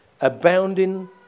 Abounding